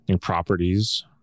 properties